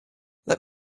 let